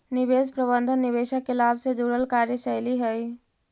निवेश प्रबंधन निवेशक के लाभ से जुड़ल कार्यशैली हइ